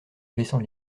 baissant